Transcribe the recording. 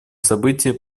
события